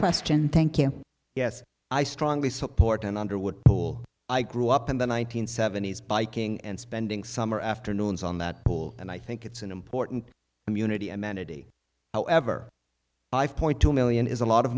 question thank you yes i strongly support and underwood pool i grew up in the one nine hundred seventy s biking and spending summer afternoons on that pool and i think it's an important community amenity however i've point two million is a lot of